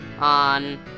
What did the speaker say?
on